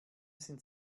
sind